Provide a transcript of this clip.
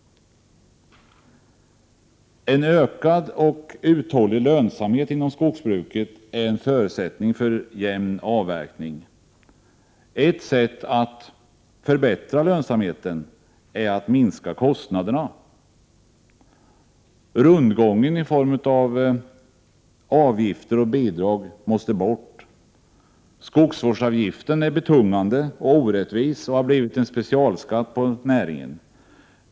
En ökad och uthållig lönsamhet inom skogsbruket är en förutsättning för jämn avverkning. Ett sätt att förbättra lönsamheten är att minska kostnader na. Rundgången i fråga om avgifter och bidrag måste bort. Skogsvårdsavgiften är betungande och orättvis och har blivit en specialskatt på näringen.